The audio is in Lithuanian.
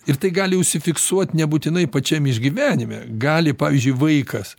ir tai gali užsifiksuot nebūtinai pačiam išgyvenime gali pavyzdžiui vaikas